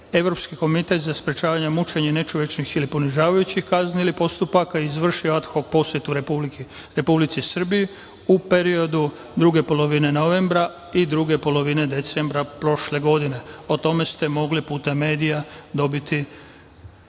Komiteta. Evropski komitet za sprečavanje, mučenje, nečovečnih ili ponižavajućih kaznenih postupaka izvršio je ad hok posetu Republici Srbiji u periodu druge polovine novembra i druge polovine decembra prošle godine.O tome ste mogli putem medija dobiti